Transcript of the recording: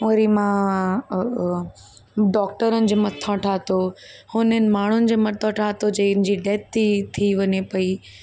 वरी मां डॉक्टरनि जे मथां ठाहियो हुननि माण्हुनि जे मथां ठाहियो जंहिंजी डेथ थी थी वञे पई